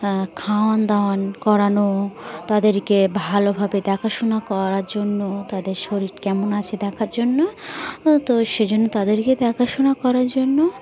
খাওয়ান দাওয়ান করানো তাদেরকে ভালোভাবে দেখাশোনা করার জন্য তাদের শরীর কেমন আছে দেখার জন্য তো সেজন্য তাদেরকে দেখাশোনা করার জন্য